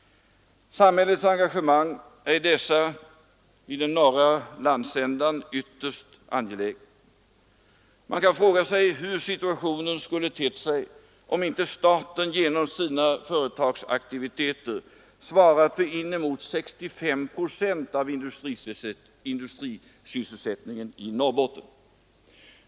Samhällets engagemang i den norra landsändan är ytterst angeläget. Man kan fråga sig hur situationen skulle ha tett sig om inte staten genom sina företagsaktiviteter svarat för inemot 65 procent av industrisysselsättningen i Norrbotten.